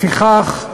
לפיכך,